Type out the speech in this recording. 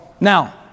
Now